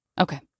Okay